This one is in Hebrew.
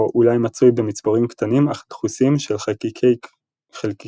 או אולי מצוי במצבורים קטנים אך דחוסים של חלקיקים כבדים.